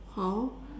how